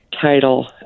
title